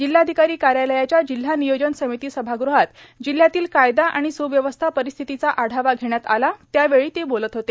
जिल्हाधिकारी कार्यालयाच्या जिल्हा नियोजन समिती सभागृहात जिल्ह्यातील कायदा आणि स्व्यवस्था परिस्थितीचा आढावा घेण्यात आला त्यावेळी ते बोलत होते